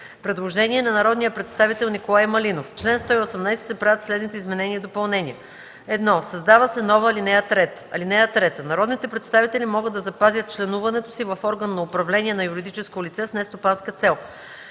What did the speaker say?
Предложение на народния представител Николай Малинов: „В чл. 118 се правят следните изменения и допълнения: 1. Създава се нова ал. 3: „(3) Народните представители могат да запазят членуването си в орган на управление на юридическо лице с нестопанска цел”.